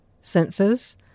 senses